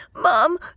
Mom